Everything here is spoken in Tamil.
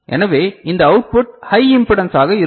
எனவே இந்த அவுட் புட் ஹை இம்பெடன்ஸ் ஆக இருக்கும்